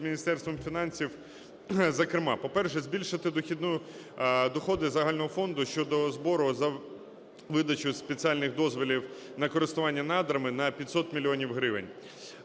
Міністерством фінансів. Зокрема, по-перше, збільшити доходи загального фонду щодо збору за видачу спеціальних дозволів на користування надрами на 500 мільйонів